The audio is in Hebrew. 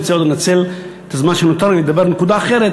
אני רוצה לנצל את הזמן שנותר לי לדבר על נקודה אחרת,